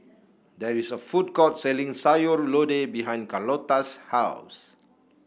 there is a food court selling Sayur Lodeh behind Carlotta's house